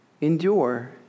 Endure